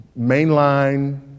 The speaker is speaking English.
mainline